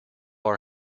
our